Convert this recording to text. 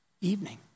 evening